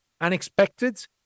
unexpected